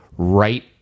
Right